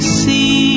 see